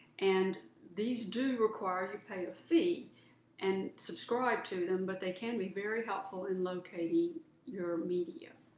and these do require you pay a fee and subscribe to them, but they can be very helpful in locating your media.